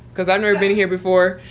cause i've never been here before,